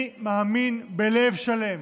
אני מאמין בלב שלם